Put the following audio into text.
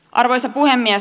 arvoisa puhemies